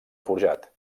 forjat